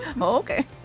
Okay